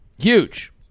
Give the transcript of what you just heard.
huge